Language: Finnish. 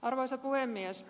arvoisa puhemies